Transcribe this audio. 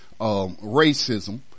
racism